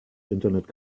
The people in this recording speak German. internet